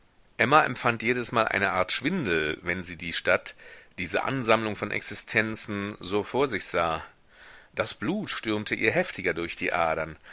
emma empfand jedesmal eine art schwindel wenn sie die stadt diese ansammlung von existenzen so vor sich sah das blut stürmte ihr heftiger durch die adern